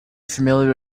familiar